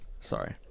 sorry